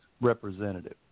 representative